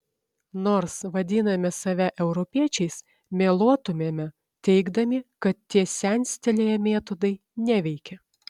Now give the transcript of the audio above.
nors vadiname save europiečiais meluotumėme teigdami kad tie senstelėję metodai neveikia